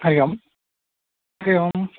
हरिः ओं हरिः ओम्